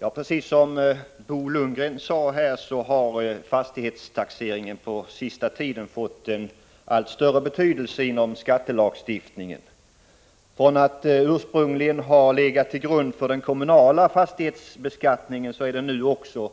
Herr talman! Som Bo Lundgren säger har fastighetstaxeringen på sistone fått en allt större betydelse inom skattelagstiftningen. Från att ursprungligen bara ha legat till grund för den kommunala fastighetsbeskattningen är den nu också